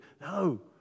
no